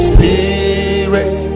Spirit